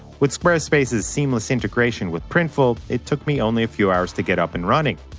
with squarespace's seamless integration with prtintiful, it took me only a few hours to get up and running.